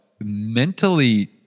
mentally